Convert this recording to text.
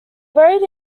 buried